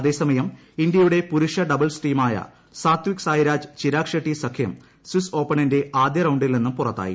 അതേസമയം ഇന്ത്യയുടെ പുരുഷ ഡബിൾസ് ടീമായ സ്ട്രിതിക് സായ് രാജ് ചിരാഗ് ഷെട്ടി സഖ്യം സ്വിസ് ഓപ്പണിളന്റെ ആദ്യ റൌണ്ടിൽ നിന്നും പുറത്തായി